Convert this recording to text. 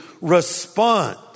respond